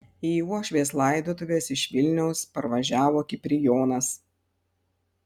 į uošvės laidotuves iš vilniaus parvažiavo kiprijonas